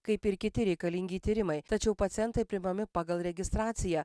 kaip ir kiti reikalingi tyrimai tačiau pacientai priimami pagal registraciją